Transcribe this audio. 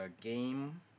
game